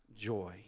joy